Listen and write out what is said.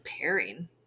pairing